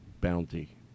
bounty